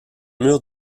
mur